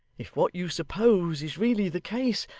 if what you suppose is really the case,